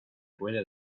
puede